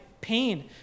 pain